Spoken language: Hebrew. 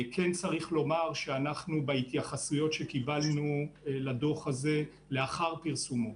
כן צריך לומר שהתייחסויות שקיבלנו לדוח הזה לאחר פרסומו,